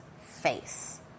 face